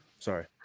sorry